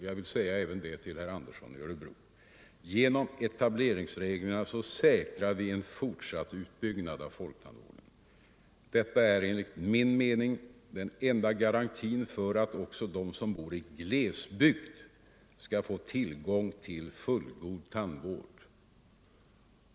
Jag vill säga det även till herr Andersson i Örebro. Genom etableringsreglerna säkrar vi en fortsatt utbyggnad av folktandvården. Detta är enligt min mening den enda garantin för att också de som bor i glesbygd skall få tillgång till fullgod tandvård.